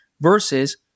versus